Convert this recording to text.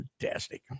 fantastic